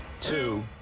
two